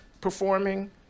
performing